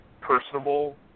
personable